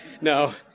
No